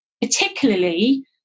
particularly